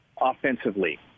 offensively